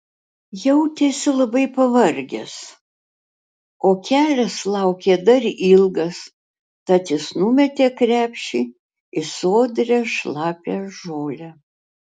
jautėsi labai pavargęs o kelias laukė dar ilgas tad jis numetė krepšį į sodrią šlapią žolę